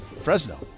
Fresno